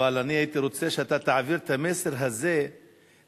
אבל אני הייתי רוצה שאתה תעביר את המסר הזה לממשלה,